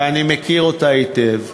ואני מכיר אותה היטב,